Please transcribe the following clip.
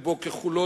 רובו ככולו,